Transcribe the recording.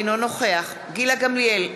אינו נוכח גילה גמליאל,